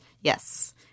Yes